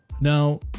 Now